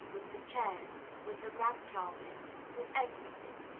with the chairs, with the rag-carpets, with every thing,